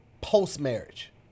Post-marriage